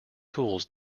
tools